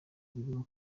birimo